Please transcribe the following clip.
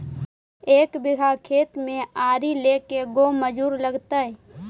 एक बिघा खेत में आरि ल के गो मजुर लगतै?